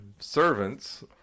servants